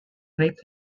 raped